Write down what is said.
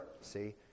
see